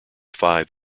five